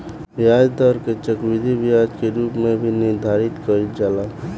ब्याज दर के चक्रवृद्धि ब्याज के रूप में भी निर्धारित कईल जाला